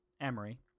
Emery